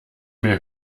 mir